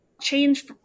change